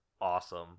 awesome